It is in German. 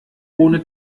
ohne